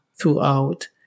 throughout